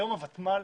היום הוותמ"ל,